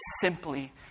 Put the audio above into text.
simply